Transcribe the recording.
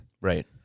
Right